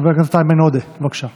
חבר הכנסת איימן עודה, בבקשה.